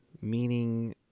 meaning